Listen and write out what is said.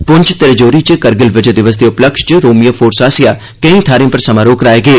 पुंछ ते राजौरी च कार्रगिल विजय दिवस दे उपलक्ष्य च रोभियो फोर्स आस्सेआ केंई थाह्रें पर समारोह कराए गे